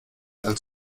als